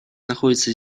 находится